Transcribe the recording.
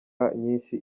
nyinshi